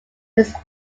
its